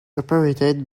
operated